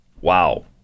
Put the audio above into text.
Wow